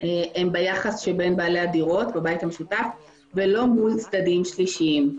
הם ביחס שבין בעלי הדירות בבית המשותף ולא מול צדדים שלישיים.